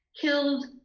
killed